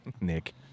Nick